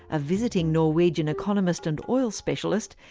a visiting norwegian economist and oil specialist,